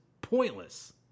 pointless